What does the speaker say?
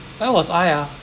where was I ah